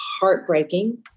heartbreaking